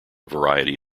variety